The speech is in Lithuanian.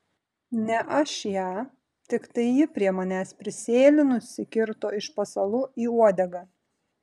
ne aš ją tiktai ji prie manęs prisėlinusi kirto iš pasalų į uodegą